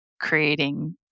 creating